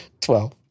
Twelve